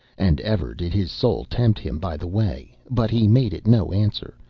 and ever did his soul tempt him by the way, but he made it no answer,